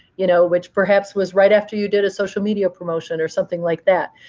you know which perhaps was right after you did a social media promotion or something like that.